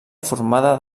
formada